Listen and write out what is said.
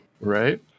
Right